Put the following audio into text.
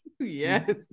Yes